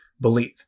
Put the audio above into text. believe